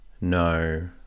No